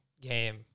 game